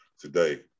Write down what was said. today